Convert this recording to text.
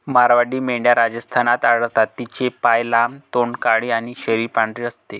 मारवाडी मेंढ्या राजस्थानात आढळतात, तिचे पाय लांब, तोंड काळे आणि शरीर पांढरे असते